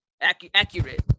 accurate